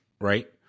right